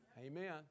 Amen